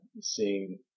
seeing